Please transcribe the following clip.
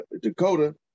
Dakota